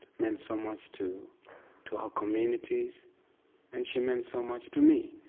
meant so much to to our communities and she meant so much to me.